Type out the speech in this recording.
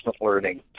learning